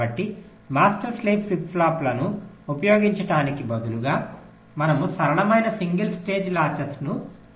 కాబట్టి master slave flip ఫ్లాప్లను ఉపయోగించటానికి బదులుగా మనము సరళమైన సింగిల్ స్టేజ్ లాచెస్ను ఉపయోగించవచ్చు